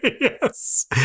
Yes